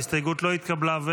ההסתייגות לא התקבלה.